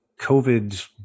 COVID